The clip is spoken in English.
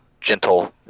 gentle